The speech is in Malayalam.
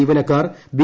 ജീവനക്കാർ ബി